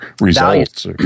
results